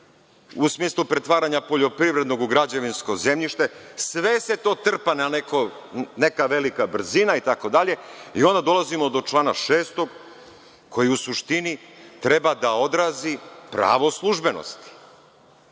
u smislu pretvaranja poljoprivrednog u građevinsko zemljište. Sve se to trpa na neko, neka velika brzina, itd, i onda dolazimo do člana 6. koji u suštini treba da odrazi pravo službenosti. Pravo